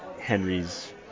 Henry's